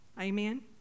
Amen